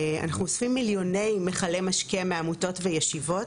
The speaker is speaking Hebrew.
אנחנו אוספים מיליוני מכלי משקה מעמותות וישיבות.